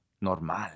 normal